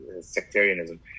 sectarianism